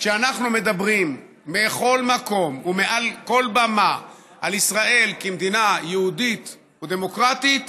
כשאנחנו מדברים בכל מקום ומעל כל במה על ישראל כמדינה יהודית ודמוקרטית,